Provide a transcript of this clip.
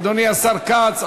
אדוני השר כץ,